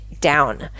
Down